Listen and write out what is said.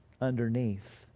underneath